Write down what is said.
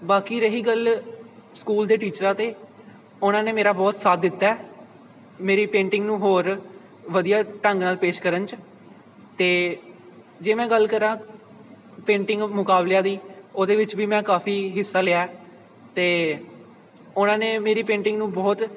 ਬਾਕੀ ਰਹੀ ਗੱਲ ਸਕੂਲ ਦੇ ਟੀਚਰਾਂ ਅਤੇ ਉਹਨਾਂ ਨੇ ਮੇਰਾ ਬਹੁਤ ਸਾਥ ਦਿੱਤਾ ਮੇਰੀ ਪੇਂਟਿੰਗ ਨੂੰ ਹੋਰ ਵਧੀਆ ਢੰਗ ਨਾਲ ਪੇਸ਼ ਕਰਨ 'ਚ ਅਤੇ ਜੇ ਮੈਂ ਗੱਲ ਕਰਾਂ ਪੇਂਟਿੰਗ ਮੁਕਾਬਲਿਆਂ ਦੀ ਉਹਦੇ ਵਿੱਚ ਵੀ ਮੈਂ ਕਾਫੀ ਹਿੱਸਾ ਲਿਆ ਅਤੇ ਉਹਨਾਂ ਨੇ ਮੇਰੀ ਪੇਂਟਿੰਗ ਨੂੰ ਬਹੁਤ